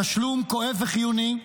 התשלום כואב וחיוני,